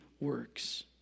works